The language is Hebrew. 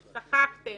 צחקתם.